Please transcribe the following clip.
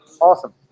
awesome